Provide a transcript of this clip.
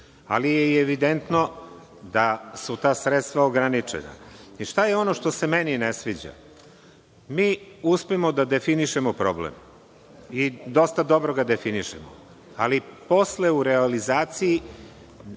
ali je i evidentno da su ta sredstva ograničena. Šta je ono što se meni ne sviđa? Mi uspemo da definišemo problem i dosta dobro ga definišemo, ali posle u realizaciji